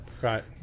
Right